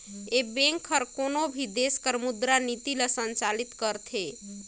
ए bank हर कोनो भी देस कर मुद्रा नीति ल संचालित करथे